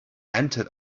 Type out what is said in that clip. entered